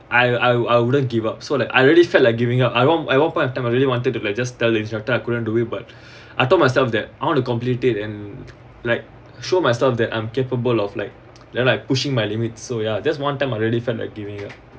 I I I wouldn't give up so like I really felt like giving up I one I one point of time I really wanted to like just tell instructor I couldn't do it but I told myself that I want to complete it and like show myself that I'm capable of like then like pushing my limits so ya there's one time I really felt like giving up